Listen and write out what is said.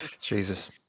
Jesus